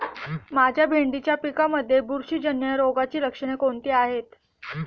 माझ्या भेंडीच्या पिकामध्ये बुरशीजन्य रोगाची लक्षणे कोणती आहेत?